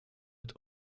mit